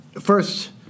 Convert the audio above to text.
First